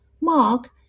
Mark